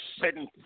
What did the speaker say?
sitting